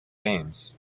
games